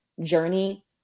journey